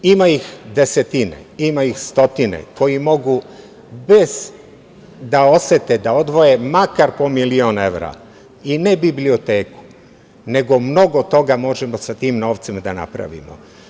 Ima ih desetine, ima ih stotine koji mogu bez da osete, da odvoje makar po milion evra i ne biblioteku, nego mnogo toga možemo sa tim novcem da napravimo.